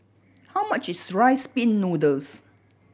how much is Rice Pin Noodles